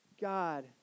God